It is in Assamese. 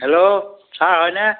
হেল্ল' ছাৰ হয়নে